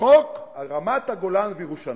חוק על רמת-הגולן וירושלים.